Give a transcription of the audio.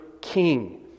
King